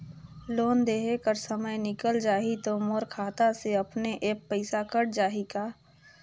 Loan देहे कर समय निकल जाही तो मोर खाता से अपने एप्प पइसा कट जाही का?